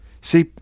See